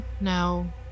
No